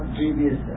previous